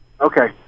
Okay